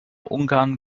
ungarn